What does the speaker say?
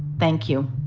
thank you.